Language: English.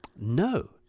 No